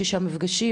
ששם נפגשים,